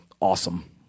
Awesome